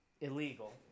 illegal